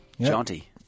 Jaunty